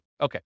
Okay